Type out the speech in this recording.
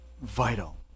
vital